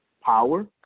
power